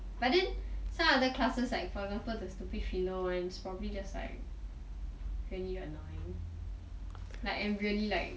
but then some other classes like for example the stupid philo [one] is probably just like really annoying and like really like